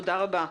תודה רבה.